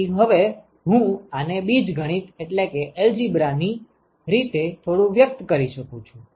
તેથી હવે હું આને બીજગણિત ની રીતે થોડું વ્યક્ત કરી શકું છું